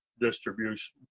distribution